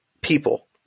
people